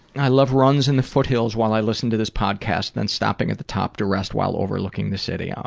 and i love runs in the foothills while i listen to this podcast then stopping at the top to rest while overlooking the city, ah,